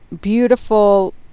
beautiful